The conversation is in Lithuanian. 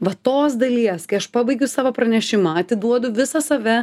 va tos dalies kai aš pabaigiu savo pranešimą atiduodu visą save